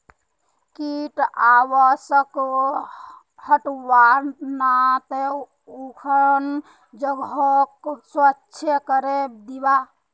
कीट आवासक हटव्वार त न उखन जगहक स्वच्छ करे दीबा